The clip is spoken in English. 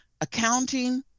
accounting